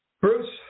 Bruce